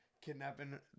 Kidnapping